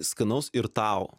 skanaus ir tau